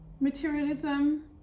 materialism